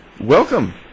Welcome